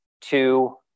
two